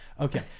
Okay